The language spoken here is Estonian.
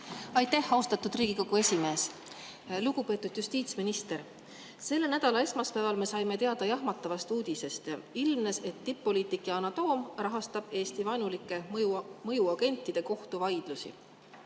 Aitäh, austatud Riigikogu esimees! Lugupeetud justiitsminister! Selle nädala esmaspäeval saime teada jahmatava uudise. Ilmnes, et tipp-poliitik Yana Toom rahastab Eesti-vaenulike mõjuagentide kohtuvaidlusi.